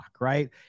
right